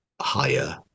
higher